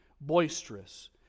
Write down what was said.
boisterous